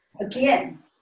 Again